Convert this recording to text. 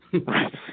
right